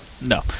No